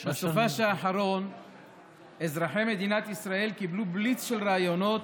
בסוף שבוע האחרון אזרחי מדינת ישראל קיבלו בליץ של ראיונות,